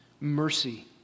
mercy